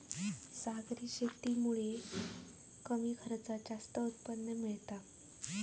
सागरी शेतीमुळा कमी खर्चात जास्त उत्पन्न मिळता